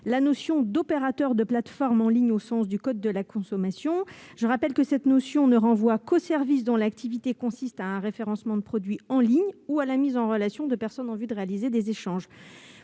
la notion d'opérateur de plateforme en ligne au sens du code de la consommation. Je rappelle que cette notion ne renvoie qu'aux services dont l'activité consiste en un référencement de produits en ligne ou en une mise en relation de personnes en vue de réaliser des échanges.